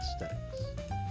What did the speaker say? Aesthetics